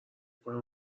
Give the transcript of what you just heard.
کنم